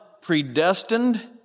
predestined